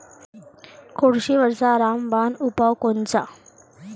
कोळशीवरचा रामबान उपाव कोनचा?